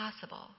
possible